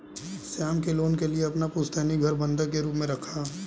श्याम ने लोन के लिए अपना पुश्तैनी घर बंधक के रूप में रखा